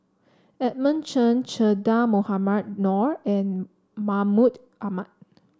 Edmund Chen Che Dah Mohamed Noor and Mahmud Ahmad